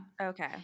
Okay